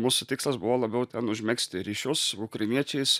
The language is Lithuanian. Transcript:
mūsų tikslas buvo labiau ten užmegzti ryšius su ukrainiečiais